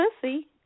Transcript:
pussy